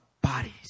bodies